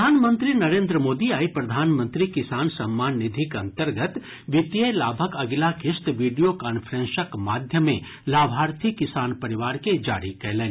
प्रधानमंत्री नरेन्द्र मोदी आइ प्रधानमंत्री किसान सम्मान निधिक अंतर्गत वित्तीय लाभक अगिला किस्त विडियो कॉन्फ्रेंसक माध्यमे लाभार्थी किसान परिवार के जारी कयलनि